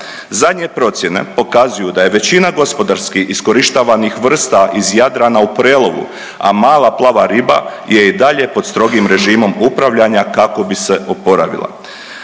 Zadnje procjene pokazuju da je većina gospodarski iskorištavanih vrsta iz Jadrana u prelovu, a mala plava riba je i dalje pod strogim režimom upravljanja kako bi se oporavila.